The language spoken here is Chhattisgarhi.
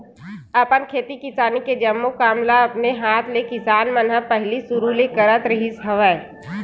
अपन खेती किसानी के जम्मो काम ल अपने हात ले किसान मन ह पहिली सुरु ले करत रिहिस हवय